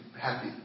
happy